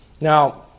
Now